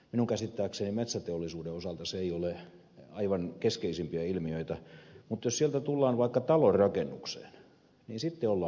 minun käsittääkseni metsäteollisuuden osalta se ei ole aivan keskeisimpiä ilmiöitä mutta jos sieltä tullaan vaikka talonrakennukseen niin sitten ollaan jo lähellä